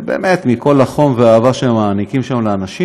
באמת, מכל החום ואהבה שהם מעניקים לאנשים.